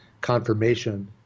confirmation